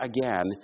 again